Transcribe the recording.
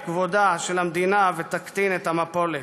את כבודה של המדינה ותקטין את המפולת.